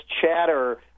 chatter